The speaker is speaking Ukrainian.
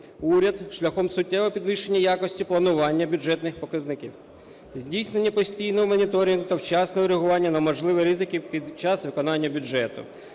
уряд шляхом суттєвого підвищення якості планування бюджетних показників, здійснення постійного моніторингу та вчасного реагування на можливі ризики під час виконання бюджету.